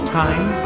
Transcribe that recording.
time